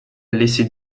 laissé